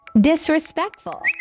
Disrespectful